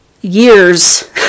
years